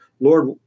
Lord